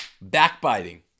backbiting